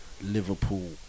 Liverpool